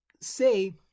say